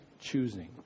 choosing